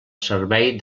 servei